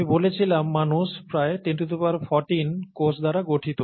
আমি বলেছিলাম মানুষ প্রায় 1014 কোষ দ্বারা গঠিত